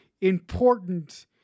important